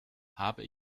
habe